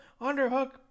underhook